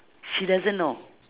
she doesn't know